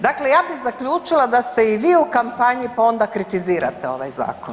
Dakle, ja bih zaključila da ste i vi u kampanji pa onda kritizirate ovaj zakon.